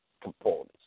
components